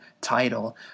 title